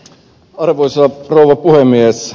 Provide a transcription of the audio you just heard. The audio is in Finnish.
arvoisa rouva puhemies